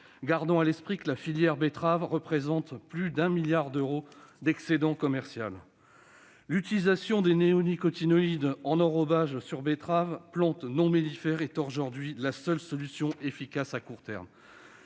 Gardons à l'esprit que la filière betterave représente plus de 1 milliard d'euros d'excédent commercial. L'utilisation des néonicotinoïdes en enrobage sur la betterave, plante non mellifère, est à ce jour la seule solution efficace à court terme.